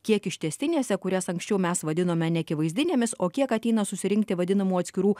kiek ištęstinėse kurias anksčiau mes vadinome neakivaizdinėmis o kiek ateina susirinkti vadinamų atskirų